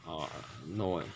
oh no eh